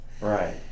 right